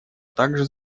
также